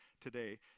today